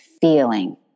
feeling